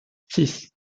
six